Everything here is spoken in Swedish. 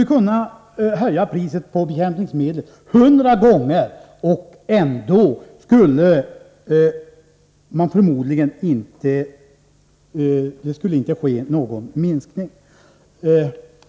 En höjning av priset på bekämpningsmedel skulle förmodligen inte leda till en minskad användning av dessa.